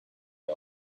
had